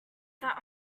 that